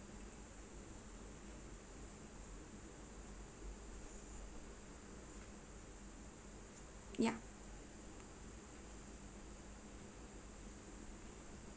ya